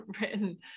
written